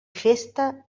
festa